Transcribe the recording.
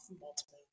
multiple